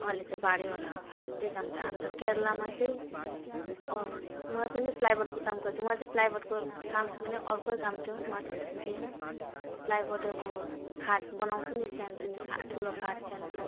अहिले चाहिँ बढ्यो होला त्यही काम त अनि त केरेलामा चाहिँ वहाँ पनि प्लाइवुडको काम गर्थेँ वहाँ चाहिँ प्लाइवुडको काम माने अर्कै काम थियो माचिसको थिएन प्लाइवुड अब खाट बनाउँछ नि सानो सानो खाट ठुलो खाट सानो खाट